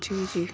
جی جی